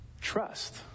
Trust